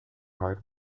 hard